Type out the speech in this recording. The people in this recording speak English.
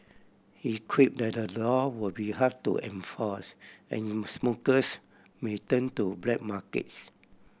he quipped that the law would be hard to enforce and smokers may turn to black markets